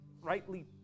rightly